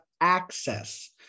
access